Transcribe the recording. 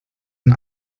and